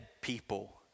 people